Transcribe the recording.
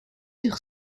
sur